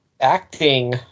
Acting